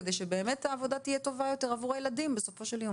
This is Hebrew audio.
כדי שבאמת העבודה תהיה טובה יותר עבור הילדים בסופו של יום?